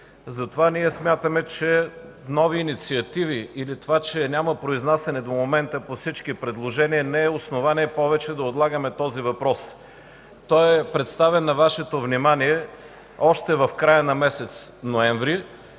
Затова ние смятаме, че нови инициативи или това, че до момента няма произнасяне по всички предложения, не е основание повече да отлагаме този въпрос. Представен е на Вашето внимание още в края на месец ноември.